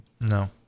No